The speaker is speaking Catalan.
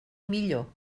millor